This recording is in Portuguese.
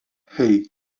hey